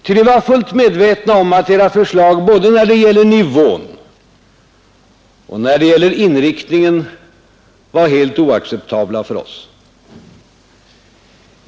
Ty ni var fullt medvetna om att era förslag både när det gäller nivån och när det gäller inriktningen var helt oacceptabla för oss.